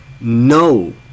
No